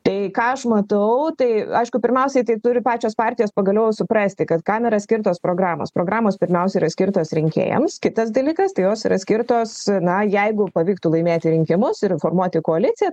tai ką aš matau tai aišku pirmiausiai tai turi pačios partijos pagaliau suprasti kad kam yra skirtos programos programos pirmiausia yra skirtos rinkėjams kitas dalykas tai jos yra skirtos na jeigu pavyktų laimėti rinkimus ir formuoti koaliciją